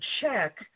check